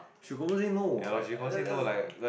she confirm say no that's that's